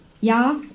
Ja